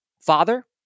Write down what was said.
father